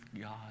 God